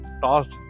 tossed